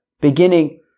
beginning